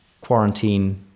quarantine